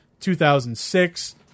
2006